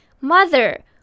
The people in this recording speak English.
Mother